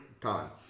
time